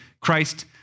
Christ